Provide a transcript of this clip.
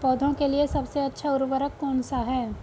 पौधों के लिए सबसे अच्छा उर्वरक कौन सा है?